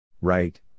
Right